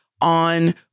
on